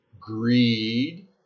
greed